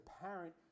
apparent